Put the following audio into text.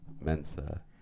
Mensa